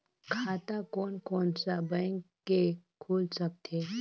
खाता कोन कोन सा बैंक के खुल सकथे?